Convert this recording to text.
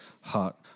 heart